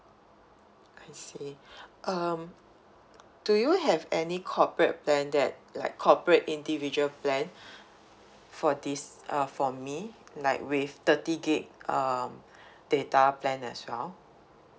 I see um do you have any corporate plan that like corporate individual plan for this uh for me like with thirty gigabyte um data plan as well